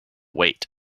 wait